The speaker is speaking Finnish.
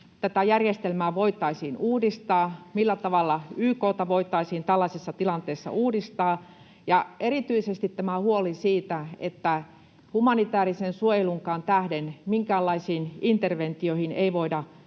järjestelmää voitaisiin uudistaa, millä tavalla YK:ta voitaisiin tällaisessa tilanteessa uudistaa? Erityisesti on huoli siitä, että humanitäärisen suojelunkaan tähden minkäänlaisiin interventioihin ei voida